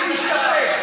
אם תשתפר.